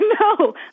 no